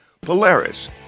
Polaris